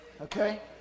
Okay